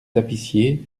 tapissiers